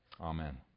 amen